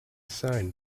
signed